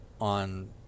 on